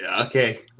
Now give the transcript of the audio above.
Okay